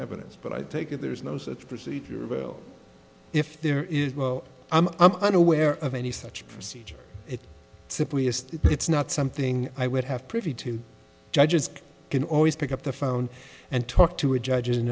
evidence but i take it there is no such procedure if there is well i'm aware of any such procedure it simply is it's not something i would have privy to judges can always pick up the phone and talk to a judge